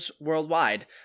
worldwide